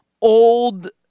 old